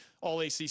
All-ACC